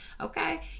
Okay